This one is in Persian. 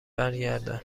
برگردم